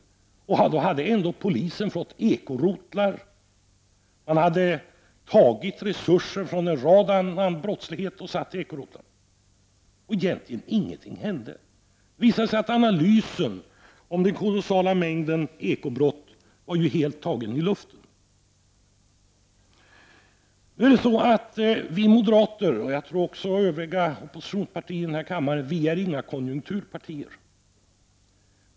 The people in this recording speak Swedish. Då hade polisen ändå fått ekorotlar. Man hade överfört re surser från annan brottsbekämpning till ekorotlar. Men det hände egentligen inte något. Det visade sig att analysen om den kolossala mängden ekobrott helt var tagen ur luften. Vi moderater — och jag tror detsamma gäller övriga oppositionspartier i denna kammare — är inte något konjunkturparti.